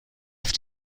auf